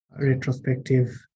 retrospective